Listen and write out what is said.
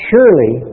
Surely